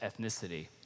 ethnicity